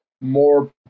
more